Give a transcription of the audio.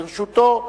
לרשותו,